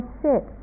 sit